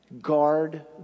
Guard